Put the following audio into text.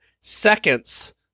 seconds